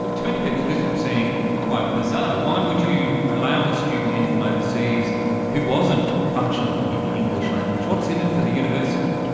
but to many people this would seem quite bizarre. why would you allow a student in from overseas who wasn't functional in the english language? what's in it for the university